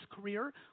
career